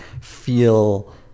feel